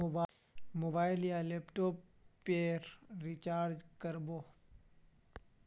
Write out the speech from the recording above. Mobile या laptop पेर recharge कर बो?